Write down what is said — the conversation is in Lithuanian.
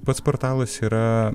pats portalas yra